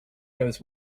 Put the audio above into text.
goes